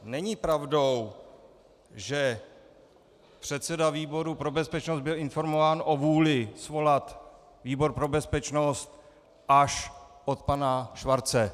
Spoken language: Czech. Není pravdou, že předseda výboru pro bezpečnost byl informován o vůli svolat výbor pro bezpečnost až od pana Schwarze.